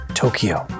Tokyo